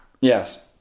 yes